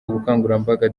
ubukangurambaga